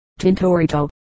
Tintorito